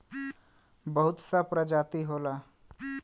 बहुत सा प्रजाति होला